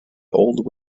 old